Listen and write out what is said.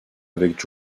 avec